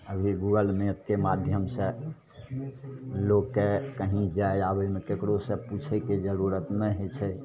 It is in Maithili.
अभी गूगल मैपके माध्यमसे लोककेँ कहीँ जाइ आबैमे ककरोसे पुछैके जरूरत नहि होइ छै